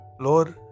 Lord